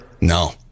No